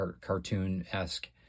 cartoon-esque